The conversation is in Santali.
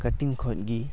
ᱠᱟᱹᱴᱤᱡ ᱠᱷᱚᱡ ᱜᱮ